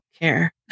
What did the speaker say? care